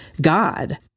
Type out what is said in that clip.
God